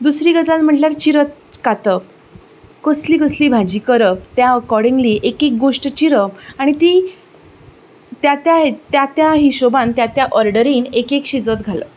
दुसरी गजाल म्हटल्यार चिरप कांतप कसली कसली भाजी करप त्या अकोर्डिंगली एक एक गोश्ट चिरप आनी ती त्या त्या त्या त्या हिशोबान त्या त्या ओर्डरीन एक एक शिजत घालप